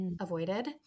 avoided